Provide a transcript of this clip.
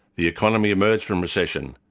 the economy emerged from recession,